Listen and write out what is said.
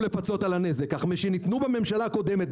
לפצות על הנזק אך משנתנו בממשלה הקודמת,